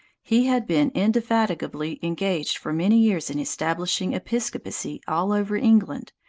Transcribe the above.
he had been indefatigably engaged for many years in establishing episcopacy all over england,